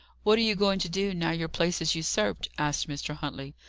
what are you going to do, now your place is usurped? asked mr. huntley.